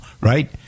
right